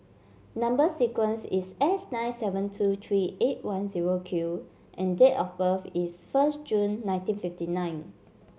number sequence is S nine seven two three eight one zero Q and date of birth is first June nineteen fifty nine